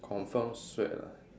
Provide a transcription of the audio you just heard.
confirm sweat lah